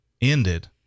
ended